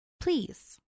Please